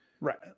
Right